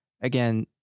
again